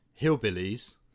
hillbillies